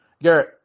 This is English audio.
Garrett